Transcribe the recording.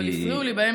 אבל הפריעו לי באמצע.